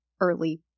early